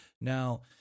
Now